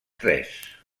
tres